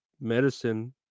medicine